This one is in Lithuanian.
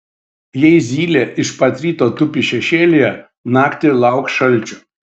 jei zylė iš pat ryto tupi šešėlyje naktį lauk šalčio